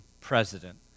president